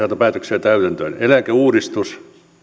päätöksiä täytäntöön eläkeuudistus